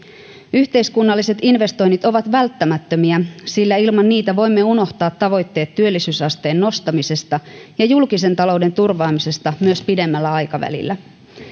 yhteiskunnalliset investoinnit ovat välttämättömiä sillä ilman niitä voimme unohtaa tavoitteet työllisyysasteen nostamisesta ja julkisen talouden turvaamisesta myös pidemmällä aikavälillä